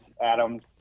Adams